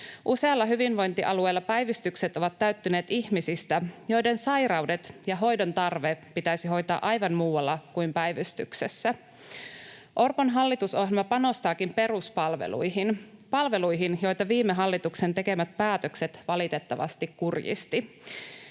Useilla hyvinvointialueilla päivystykset ovat täyttyneet ihmisistä, joiden sairaudet ja hoidon tarve pitäisi hoitaa aivan muualla kuin päivystyksessä. Orpon hallitusohjelma panostaakin peruspalveluihin, palveluihin, joita viime hallituksen tekemät päätökset valitettavasti kurjistivat.